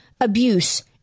abuse